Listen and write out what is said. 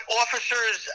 officers